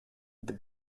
the